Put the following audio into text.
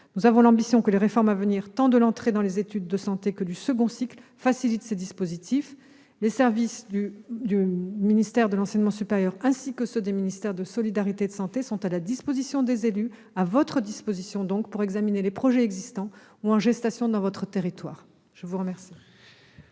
Nous avons l'ambition que les réformes à venir, tant de l'entrée dans les études de santé que du second cycle, facilitent ces dispositifs. Les services du ministère de l'enseignement supérieur, ainsi que ceux du ministère des solidarités et de la santé, sont à la disposition des élus, à votre disposition, donc, pour examiner les projets existants ou en gestation dans votre territoire. La parole